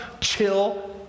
chill